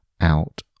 out